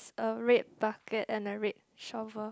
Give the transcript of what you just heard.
a red bucket and a red shovel